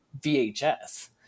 VHS